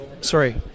sorry